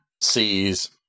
sees